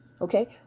Okay